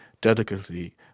delicately